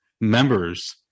members